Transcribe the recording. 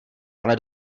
ale